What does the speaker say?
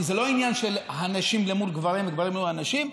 זה לא עניין של הנשים מול הגברים והגברים מול הנשים.